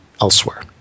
elsewhere